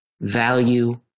Value